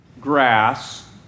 grass